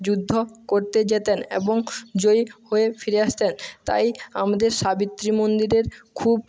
যুদ্ধ করতে যেতেন এবং জয়ী হয়ে ফিরে আসতেন তাই আমাদের সাবিত্রী মন্দিরের খুব